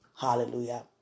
Hallelujah